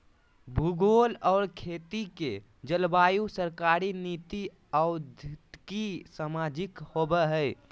भूगोल और खेत के जलवायु सरकारी नीति और्थिक, सामाजिक होबैय हइ